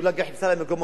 אולי גם חיפשה להם מקומות